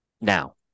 now